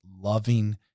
loving